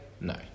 No